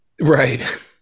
Right